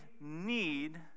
need